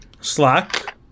slack